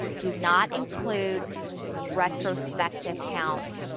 do not include retrospective counts,